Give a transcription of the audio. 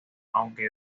aunque